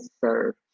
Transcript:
serve